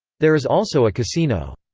there is also a casino.